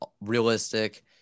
realistic